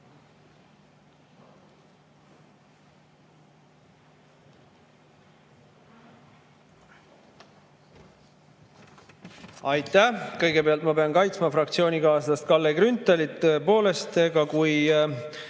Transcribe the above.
Aitäh! Kõigepealt, ma pean kaitsma fraktsioonikaaslast Kalle Grünthalit. Tõepoolest, kui